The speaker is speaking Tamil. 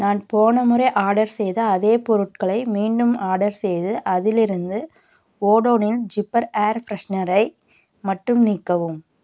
நான் போன முறை ஆர்டர் செய்த அதே பொருட்களை மீண்டும் ஆர்டர் செய்து அதிலிருந்து ஓடோனில் ஜிப்பர் ஏர் ஃப்ரெஷ்னரை மட்டும் நீக்கவும்